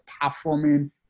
performing